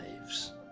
lives